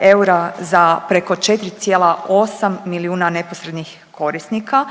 eura za preko 4,8 milijuna neposrednih korisnika